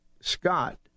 Scott